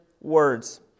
words